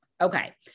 Okay